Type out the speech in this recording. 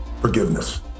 forgiveness